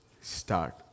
start